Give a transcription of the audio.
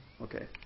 okay